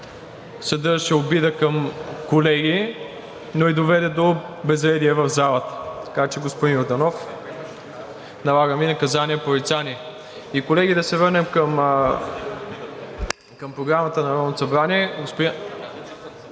съдържаше обида към колеги, но и доведе до безредие в залата, така че, господин Йорданов, налагам Ви наказание порицание. Колеги, да се върнем към Програмата на Народното събрание.